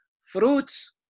fruits